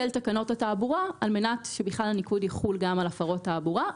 תקנות התעבורה על מנת שבכלל הניקוד יחול גם על הפרות תעבורה.